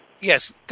Yes